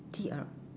T R